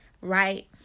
Right